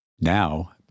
Now